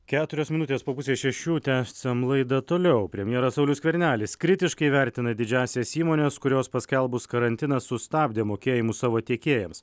keturios minutės po pusės šešių tęsiam laidą toliau premjeras saulius skvernelis kritiškai vertina didžiąsias įmones kurios paskelbus karantiną sustabdė mokėjimus savo tiekėjams